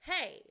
hey